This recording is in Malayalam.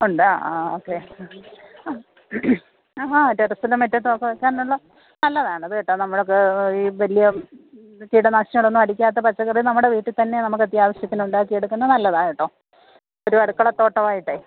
ഉണ്ട് ആ ആ ഓക്കെ ആ ആ ഹാ ടെറസ്സിന് മുറ്റത്തൊക്കെ വയ്ക്കാനുള്ള നല്ലതാണ് അത് കേട്ടോ നമ്മൾ വലിയ കീടനാശിനികളൊന്നും അടിക്കാത്ത പച്ചക്കറി നമ്മുടെ വീട്ടിൽ തന്നെ നമുക്ക് അത്യാവശ്യത്തിന് ഉണ്ടാക്കി എടുക്കുന്നത് നല്ലതാണ് കേട്ടോ ഒരു അടുക്കള തോട്ടമായിട്ടേ